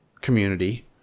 community